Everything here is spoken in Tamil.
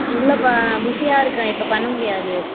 இல்லைப்பா பிஸியாருக்கேன் இப்போ பண்ண முடியாது